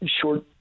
Short